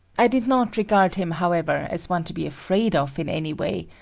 i did not regard him, however, as one to be afraid of in any way,